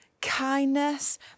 kindness